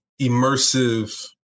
immersive